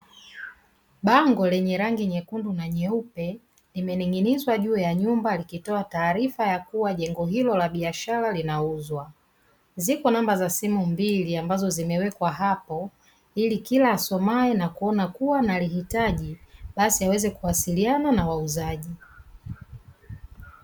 Bango lenye rangi nyekundu na nyeupe limening'inizwa juu ya nyumba likitoa taarifa ya kuwa jengo hilo la biashara linauzwa. Ziko namba za simu mbili ambazo zimewekwa hapo ili kila asomaye na kuona kuwa analihitaji basi aweze kuwasiliana na wauzaji.